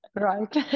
Right